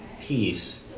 peace